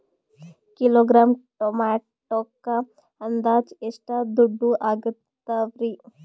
Kilogram ಟೊಮೆಟೊಕ್ಕ ಅಂದಾಜ್ ಎಷ್ಟ ದುಡ್ಡ ಅಗತವರಿ?